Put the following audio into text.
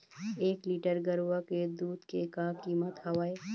एक लीटर गरवा के दूध के का कीमत हवए?